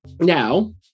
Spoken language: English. Now